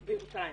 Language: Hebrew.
בירושלים.